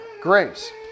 grace